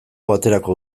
baterako